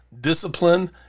Discipline